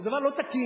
זה דבר לא תקין,